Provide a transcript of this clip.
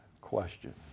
question